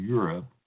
Europe